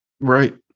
Right